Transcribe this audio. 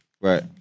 Right